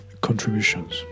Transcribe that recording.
contributions